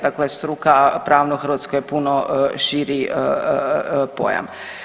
Dakle, struka pravna u Hrvatskoj je puno širi pojam.